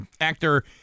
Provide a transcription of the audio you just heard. actor